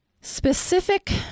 Specific